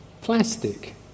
plastic